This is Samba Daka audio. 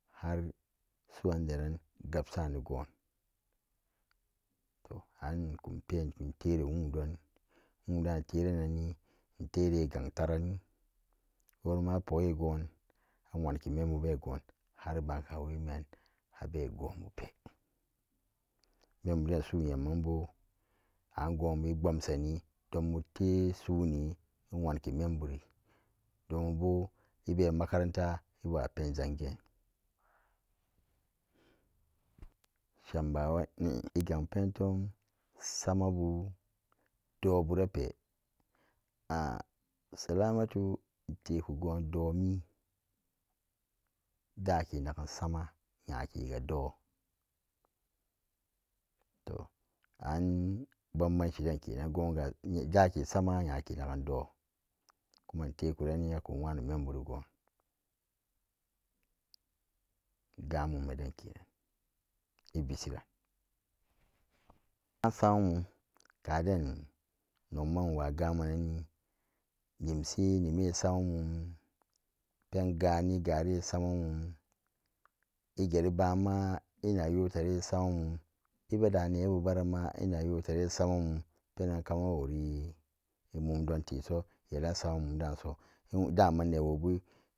Har suran deran gabsani gunto ar kon pen tero nywo don wun dan terananini intere gan taran wurama a pukgo gun gwanki menbura gon an wemian abegon bu ber mem buden sunyamman bu angubu igwamsa ni dombu te suni donbu wanki men buri donbu bo ibe makaranta ibawa pen zangen chanbgwa ie ganpen ton samabu durbu re pe a salamatu teku gon domi dake nagan sama nxake gadon to an baban banci den kenan an dake sama myake nagan dor kuma nok tekuranni akuna wanome nbu gan mumme den kenan ivesshi van asam kaden nok man nok wagaman nanni demse niye sa mamum periga igare sama mom igeri banmma igere sammamum ibede nebu ma inak yatare sama mon inyana wori mom donteso yele n samadan so dama newobu